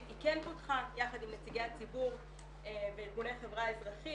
היא כן פותחה יחד עם נציגי הציבור וארגוני החברה האזרחית